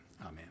Amen